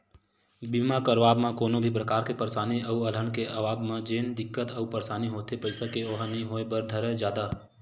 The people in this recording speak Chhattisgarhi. बीमा करवाब म कोनो भी परकार के परसानी अउ अलहन के आवब म जेन दिक्कत अउ परसानी होथे पइसा के ओहा नइ होय बर धरय जादा